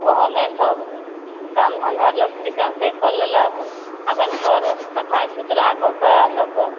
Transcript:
ओहोमे सब काम धन्धा लोक चिक्कन से कऽ लेलक अपन घर सफाइ सुथरा कऽ कऽ लोक